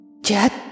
Jet